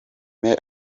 male